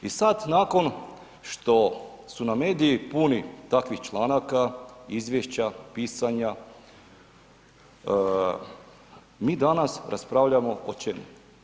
I sada nakon što su nam mediji puni takvih članaka, izvješća, pisanja mi danas raspravljamo o čemu?